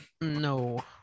no